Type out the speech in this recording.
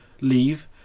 leave